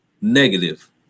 negative